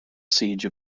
siege